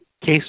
case